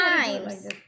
times